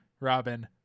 Robin